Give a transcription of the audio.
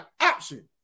option